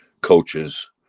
coaches